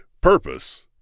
Purpose